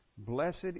Blessed